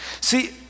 See